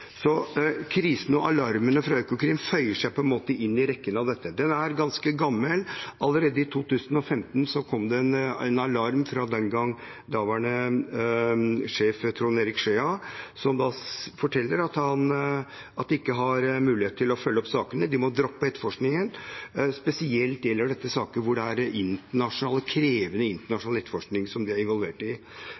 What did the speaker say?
Krisen og alarmene fra Økokrim føyer seg inn i rekken av dette. Det er ganske gammelt. Allerede i 2015 kom det en alarm fra daværende sjef Trond Eirik Schea, som da fortalte at de ikke hadde mulighet til å følge opp sakene, de måtte droppe etterforskningen. Spesielt gjelder dette saker hvor de er involvert i krevende internasjonal etterforskning.